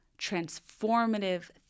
transformative